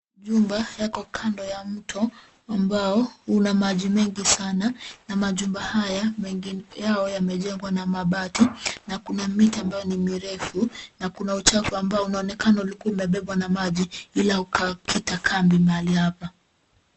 Jumba yako kando ya mto ambao una maji mengi sana na majumba haya mengi yao yamejengwa na mabati na kuna miti ambayo ni mirefu na kuna uchafu ambao unaonekana ulikua umebebwa na maji ila ukakita kambi mahali hapa.